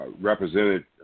represented